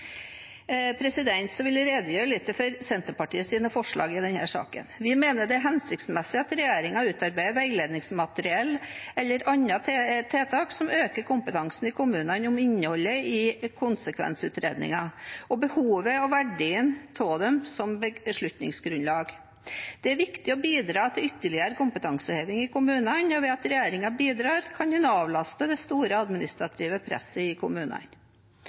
Så vil jeg redegjøre litt for Senterpartiets forslag i denne saken: Vi mener det er hensiktsmessig at regjeringen utarbeider veiledningsmateriell eller andre tiltak som øker kompetansen i kommunene om innholdet i konsekvensutredninger, og behovet og verdien av dem som beslutningsgrunnlag. Det er viktig å bidra til ytterligere kompetanseheving i kommunene, og ved at regjeringen bidrar, kan en avlaste det store administrative presset i kommunene.